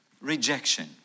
rejection